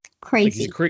crazy